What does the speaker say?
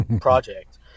project